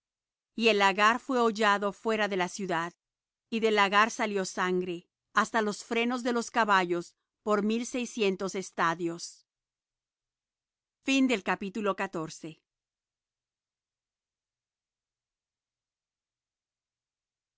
y el lagar fué hollado fuera de la ciudad y del lagar salió sangre hasta los frenos de los caballos por mil y seiscientos estadios y